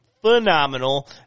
phenomenal